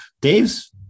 Dave's